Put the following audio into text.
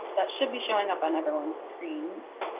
that should be showing up on everyone's screens.